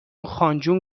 خانجون